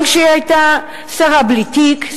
גם כשהיתה שרה בלי תיק,